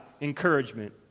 encouragement